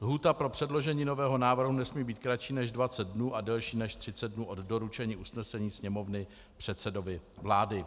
Lhůta pro předložení nového návrhu nesmí být kratší než 20 dnů a delší než 30 dnů od doručení usnesení Sněmovny předsedovi vlády.